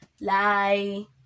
lie